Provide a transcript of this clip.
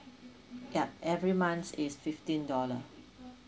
ya every months is fifteen dollar